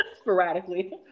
sporadically